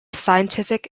scientific